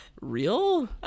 real